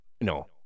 No